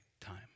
time